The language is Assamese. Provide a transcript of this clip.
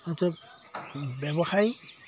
হওঁতে ব্যৱসায়ী